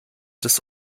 des